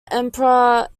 emperor